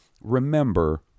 remember